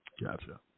Gotcha